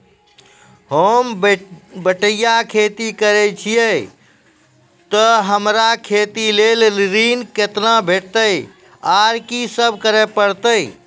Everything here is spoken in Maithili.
होम बटैया खेती करै छियै तऽ हमरा खेती लेल ऋण कुना भेंटते, आर कि सब करें परतै?